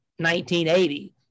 1980